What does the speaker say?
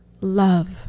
love